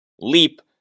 leap